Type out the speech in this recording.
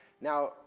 Now